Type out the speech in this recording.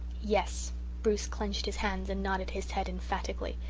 yes bruce clenched his hands and nodded his head emphatically,